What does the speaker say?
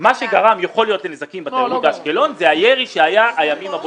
מה שיכול להיות גרם לנזקים בתיירות באשקלון זה הירי שהיה בימים